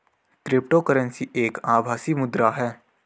crypto currency एक आभासी मुद्रा है